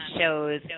shows